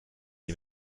sie